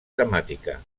temàtica